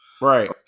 Right